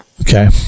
okay